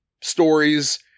stories